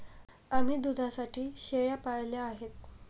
आम्ही दुधासाठी शेळ्या पाळल्या आहेत